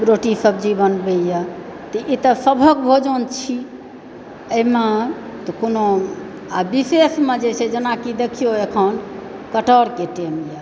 रोटी सब्जी बनबैए तऽ ई तऽ सबहक भोजन छी एहिमे तऽ कोनो आओर विशेषमे जे छै जेना कि देखियौ एखन कटहरके टाइम यऽ